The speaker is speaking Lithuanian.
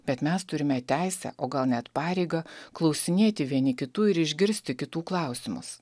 bet mes turime teisę o gal net pareigą klausinėti vieni kitų ir išgirsti kitų klausimus